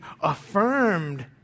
affirmed